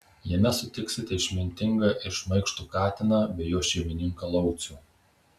jame sutiksite išmintingą ir šmaikštų katiną bei jo šeimininką laucių